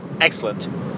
Excellent